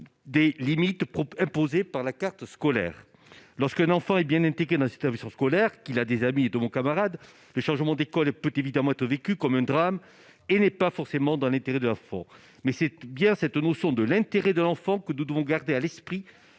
des limites imposées par la carte scolaire, lorsque l'enfant est bien impliqué dans son scolaire qu'il a des amis de mon camarade, le changement d'école et peut évidemment être vécu comme un drame et n'est pas forcément dans l'intérêt de faux mais c'est bien cette notion de l'intérêt de l'enfant que nous devons garder à l'esprit